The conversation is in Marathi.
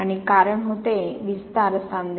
आणि कारण होते विस्तार सांधे